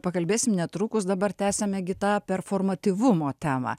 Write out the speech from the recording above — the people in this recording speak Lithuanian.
pakalbėsim netrukus dabar tęsiame gi tą performatyvumo temą